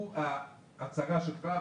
הוא ההצהרה שלך,